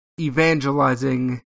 Evangelizing